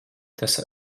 tas